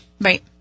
Right